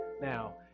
now